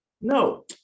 No